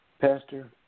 Pastor